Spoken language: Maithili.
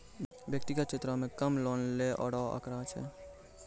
व्यक्तिगत क्षेत्रो म कम लोन लै रो आंकड़ा छै